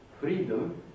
freedom